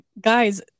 Guys